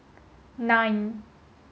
nine